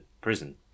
prison